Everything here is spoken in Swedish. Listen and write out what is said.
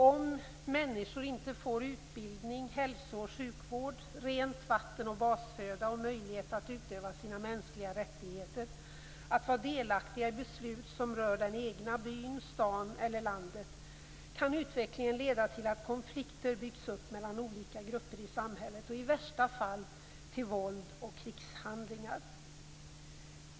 Om människor inte får utbildning, hälsooch sjukvård, rent vatten och basföda, inte får möjlighet att utöva sina mänskliga rättigheter och att vara delaktiga i beslut som rör den egna byn, staden eller landet kan utvecklingen leda till att konflikter byggs upp mellan olika grupper i samhället. I värsta fall kan det leda till våld och krigshandlingar.